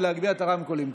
ולהגביר את הרמקולים.